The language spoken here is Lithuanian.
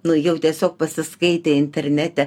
nu jau tiesiog pasiskaitę internete